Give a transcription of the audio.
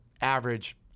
average